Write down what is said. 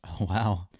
Wow